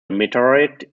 meteorite